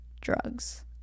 Drugs